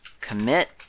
commit